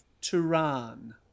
Turan